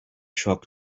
shock